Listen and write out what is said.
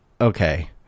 okay